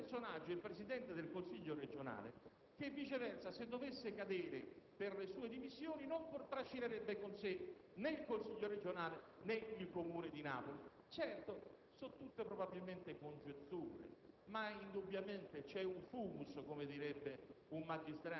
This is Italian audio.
viene colpito, per un sospetto di tentata concussione, il Presidente del Consiglio regionale che viceversa, se dovesse cadere per le sue dimissioni, non trascinerebbe con sé né il Consiglio regionale né il Comune di Napoli.